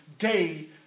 day